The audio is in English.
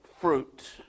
fruit